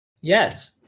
Yes